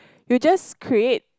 you just create